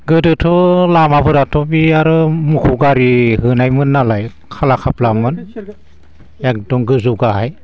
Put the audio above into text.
गोदोथ' लामाफोराथ' बे आरो मोख'गारि होनाय मोननालाय खाला खाफ्लामोन एखदम गोजौ गाहाइ